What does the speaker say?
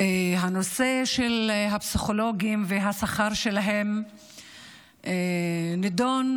הנושא של הפסיכולוגים והשכר שלהם נדון,